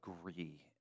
agree